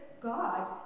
God